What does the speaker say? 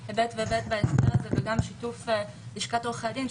כל היבט בהסדר הזה וגם שיתוף של לשכת עורכי הדין,